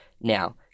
Now